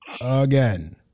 Again